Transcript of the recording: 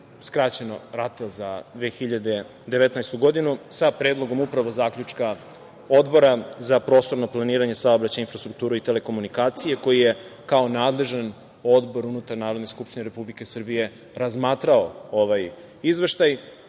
skraćeno RATEL za 2019. godinu sa Predlogom zaključka Odbora za prostorno planiranje, saobraćaj, infrastrukturu i telekomunikacije koji je kao nadležan Odbor unutar Narodne skupštine Republike Srbije razmatrao ovaj izveštaj. Imali